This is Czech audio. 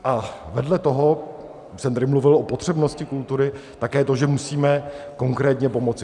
A vedle toho, už jsem tady mluvil o potřebnosti kultury, také to, že musíme konkrétně pomoci.